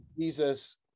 Jesus